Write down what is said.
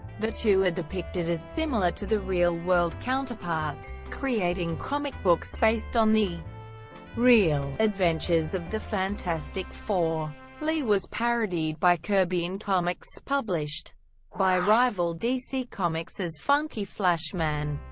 the two are depicted as similar to their real-world counterparts, creating comic books based on the real adventures of the fantastic four lee was parodied by kirby in comics published by rival dc comics as funky flashman.